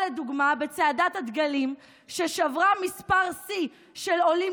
או לדוגמה בצעדת הדגלים ששברה מספר שיא של עולים